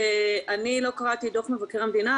לא קראתי את דוח מבקר המדינה,